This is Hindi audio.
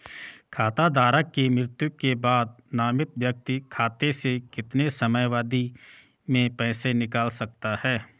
खाता धारक की मृत्यु के बाद नामित व्यक्ति खाते से कितने समयावधि में पैसे निकाल सकता है?